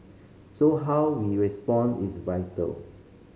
so how we respond is vital